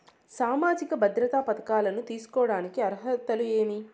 సామాజిక భద్రత పథకాలను తీసుకోడానికి అర్హతలు ఏమి?